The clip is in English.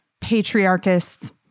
patriarchists